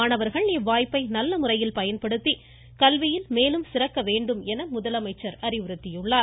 மாணவர்கள் இவ்வாய்ப்பை நல்ல முறையில் பயன்படுத்தி கல்வியில் மேலும் சிறக்க வேண்டும் என முதலமைச்சர் அறிவுறுத்தியுள்ளார்